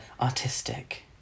artistic